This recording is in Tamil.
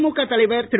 திமுக தலைவர் திரு